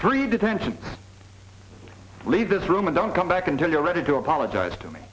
three detention leave this room and don't come back until you're ready to apologize to me